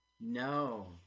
No